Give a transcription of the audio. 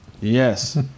Yes